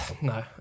No